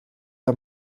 are